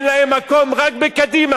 אין להם מקום, רק בקדימה.